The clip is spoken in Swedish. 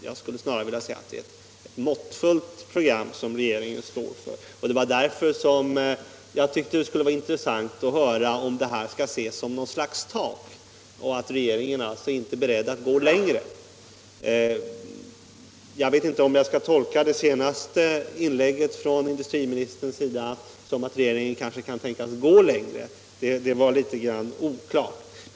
Jag skulle snarare vilja säga att det är ett måttfullt program som regeringen står för. Det var därför som jag tyckte det skulle vara intressant att höra om detta skall ses som ett slags tak och att regeringen inte är beredd att gå längre. Jag vet inte om jag skall tolka det senaste inlägget från industriministern som att regeringen kan gå längre. Det var en smula oklart.